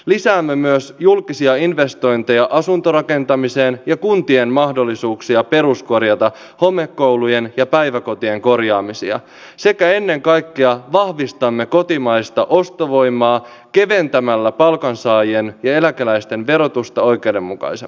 lisäämme myös julkisia investointeja asuntorakentamiseen ja kuntien mahdollisuuksia peruskorjata homekouluja ja päiväkoteja sekä ennen kaikkea vahvistamme kotimaista ostovoimaa keventämällä palkansaajien ja eläkeläisten verotusta oikeudenmukaisemmaksi